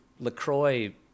LaCroix